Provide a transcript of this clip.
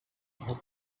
ngo